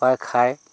প্ৰায় খাই